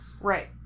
Right